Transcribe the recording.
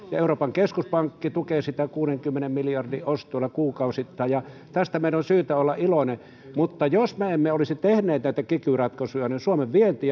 hyvin ja euroopan keskuspankki tukee sitä kuudenkymmenen miljardin ostoilla kuukausittain tästä meidän on syytä olla iloisia mutta jos me emme olisi tehneet näitä kiky ratkaisuja niin suomen vienti